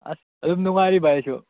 ꯑꯁ ꯑꯗꯨꯝ ꯅꯨꯡꯉꯥꯏꯔꯤ ꯚꯥꯏ ꯑꯩꯁꯨ